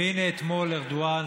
והינה אתמול ארדואן,